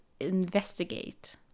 investigate